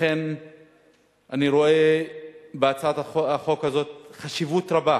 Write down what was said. לכן אני רואה בהצעת החוק הזאת חשיבות רבה,